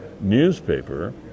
newspaper